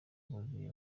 buzuye